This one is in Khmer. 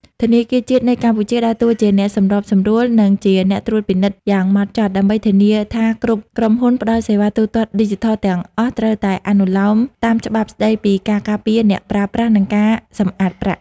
ធនាគារជាតិនៃកម្ពុជាដើរតួជាអ្នកសម្របសម្រួល និងជាអ្នកត្រួតពិនិត្យយ៉ាងហ្មត់ចត់ ដើម្បីធានាថាគ្រប់ក្រុមហ៊ុនផ្ដល់សេវាទូទាត់ឌីជីថលទាំងអស់ត្រូវតែអនុលោមតាមច្បាប់ស្ដីពីការការពារអ្នកប្រើប្រាស់ និងការសម្អាតប្រាក់។